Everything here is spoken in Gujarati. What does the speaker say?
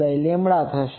52πb થશે